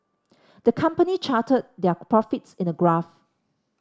the company charted their profits in a graph